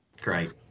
Great